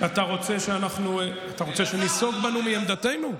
אתה רוצה שניסוג בנו מעמדתנו?